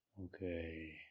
Okay